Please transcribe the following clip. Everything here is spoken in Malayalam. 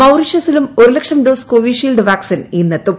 മൌറീഷ്യസിലും ഒരു ലക്ഷം ഡോസ് കോവിഷീൽഡ് വാക്സിൻ ഇന്നെത്തും